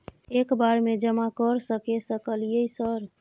एक बार में जमा कर सके सकलियै सर?